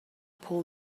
pull